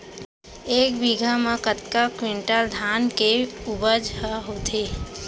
एक बीघा म कतका क्विंटल धान के उपज ह होथे?